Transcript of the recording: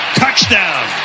touchdown